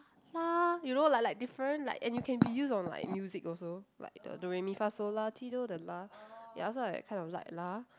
lah you know like like different like and you can be use on like music also like the doh re mi fa soh la ti doh the la ya so I kind of like lah